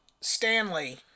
Stanley